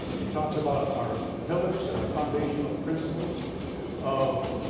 it talks about our pillars, our foundational principles of